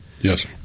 yes